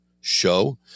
show